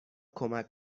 کمک